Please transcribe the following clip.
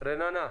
רננה,